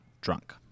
drunk